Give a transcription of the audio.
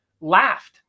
laughed